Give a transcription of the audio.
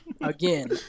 Again